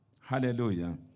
Hallelujah